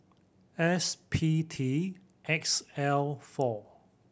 S P T X L four